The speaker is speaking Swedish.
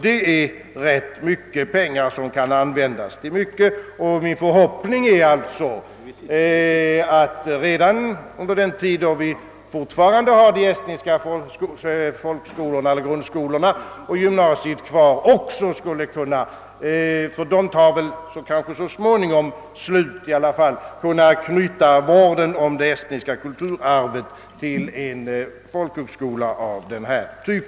Det kan då bli fråga om rätt mycket pengar, och min förhoppning är alltså, att vi redan under den tid, då vi ännu har kvar de estniska grundskolorna och det estniska gymnasiet — de kommer väl så småningom att upphöra — skulle kunna knyta vården av det estniska kulturarvet till en folkhögskola av denna typ.